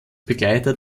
begleiter